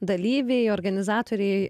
dalyviai organizatoriai